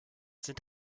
sind